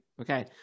Okay